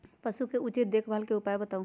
पशु के उचित देखभाल के उपाय बताऊ?